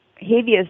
heaviest